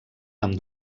amb